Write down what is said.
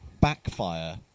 backfire